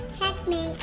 Checkmate